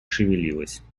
шевелилась